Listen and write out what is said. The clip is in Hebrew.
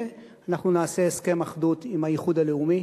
נעשה הסכם אחדות עם האיחוד הלאומי,